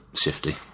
shifty